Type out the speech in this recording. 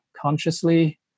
consciously